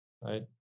right